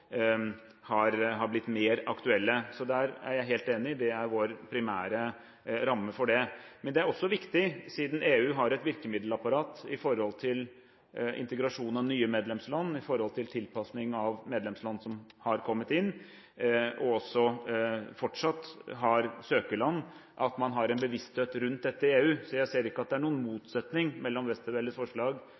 har blitt mer aktuelle. Så der er jeg helt enig, det er vår primære ramme for det. Men det er også viktig – siden EU har et virkemiddelapparat når det gjelder integrasjon av nye medlemsland, når det gjelder tilpasning av medlemsland som har kommet inn, og også fortsatt har søkerland – at man har en bevissthet rundt dette i EU. Så jeg ser ikke at det er noen motsetning mellom Westervelles forslag